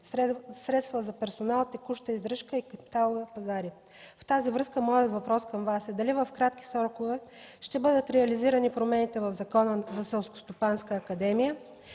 средства за персонал; текуща издръжка и капиталови пазари. В тази връзка моят въпрос към Вас е: дали в кратки срокове ще бъдат реализирани промените в Закона за Селскостопанската академия?